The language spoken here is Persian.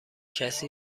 کسی